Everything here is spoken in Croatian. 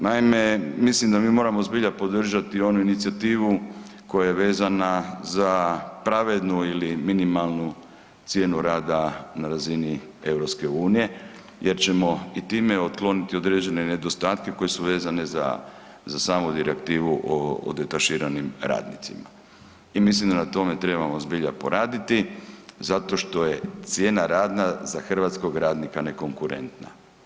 Naime, mislim da mi moramo zbilja podržati onu inicijativu koja je vezana za pravednu ili minimalnu cijenu rada na razini EU jer ćemo i time otkloniti određene nedostatke koji su vezani za samu direktivu o detaširanim radnicima i mislim da na tome trebamo zbilja poraditi zato što je cijena rada za hrvatskog radnika nekonkurentna.